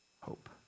hope